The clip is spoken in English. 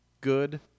good